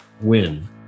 WIN